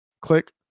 Click